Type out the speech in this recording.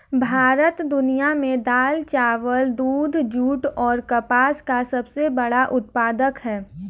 भारत दुनिया में दाल, चावल, दूध, जूट और कपास का सबसे बड़ा उत्पादक है